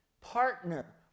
partner